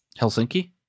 Helsinki